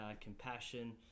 compassion